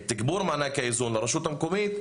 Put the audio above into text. את תגבור מענק האיזון לרשות המקומית,